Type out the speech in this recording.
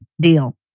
deal